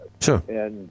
Sure